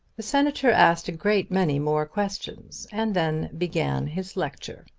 the senator asked a great many more questions and then began his lecture.